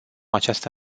această